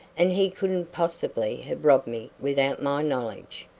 and he couldn't possibly have robbed me without my knowledge.